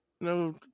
no